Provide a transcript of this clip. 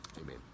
Amen